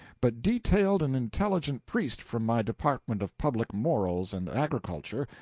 but detailed an intelligent priest from my department of public morals and agriculture,